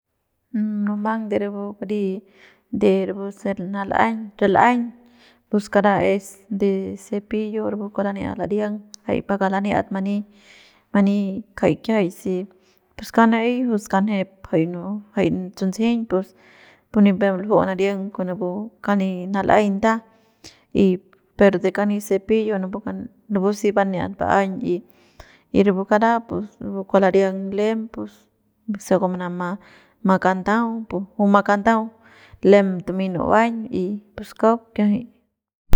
Munumang de rapu kari de rapu se nal'aiñ ral'aiñ pus kara es de cepillo rapu kua laniat lariang jay pa kua laniat many many jay kiajay se pus kauk na'ey juy skanjep jay no jay tsunsejeiñ pus pu ni pep luju nariang con napu kani nal'aiñ nda y per de kani cepillo napu ka napu si baniat ba'aiñ y y rapu kara pus rapua kua lariang lem pus se kua manama ma kandau pu ju ma kandau pu lem tumey nu'uañ y pus kauk kiajay.